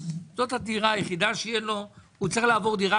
שזו הדירה שלו והוא צריך לעבור דירה,